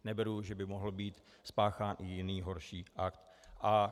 Neberu, že by mohl být spáchán i jiný horší akt.